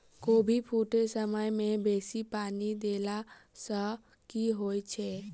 कोबी फूटै समय मे बेसी पानि देला सऽ की होइ छै?